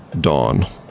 Dawn